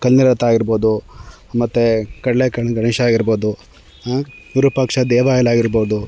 ಕಲ್ಲಿನ ರಥ ಆಗಿರ್ಬೋದು ಮತ್ತೆ ಕಡ್ಲೆಕಾಯಿಂದು ಗಣೇಶ ಆಗಿರ್ಬೋದು ವಿರೂಪ್ ವಿರೂಪಾಕ್ಷ ದೇವಾಲಯ ಆಗಿರ್ಬೋದು